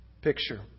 picture